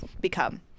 become